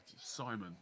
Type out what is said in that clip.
Simon